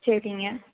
சரிங்க